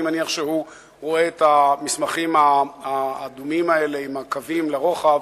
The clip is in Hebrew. אני מניח שהוא רואה את המסמכים האדומים האלה עם הקווים לרוחב,